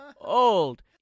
old